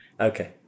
Okay